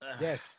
Yes